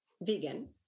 vegan